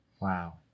Wow